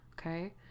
Okay